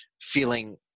feeling